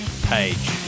page